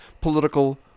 political